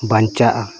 ᱵᱟᱧᱪᱟᱜᱼᱟ